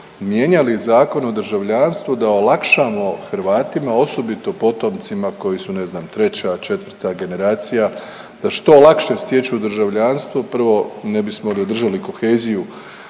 mijenjali Zakon o državljanstvu da olakšamo Hrvatima, osobito potomcima koji su ne znam treća, četvrta generacija da što lakše stječu državljanstvo. Prvo ne bismo li održali koheziju